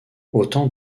autant